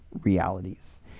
realities